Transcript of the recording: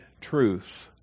truth